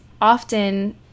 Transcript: often